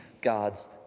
God's